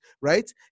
right